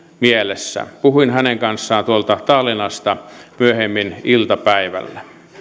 mielessä puhuin hänen kanssaan tuolta tallinnasta myöhemmin iltapäivällä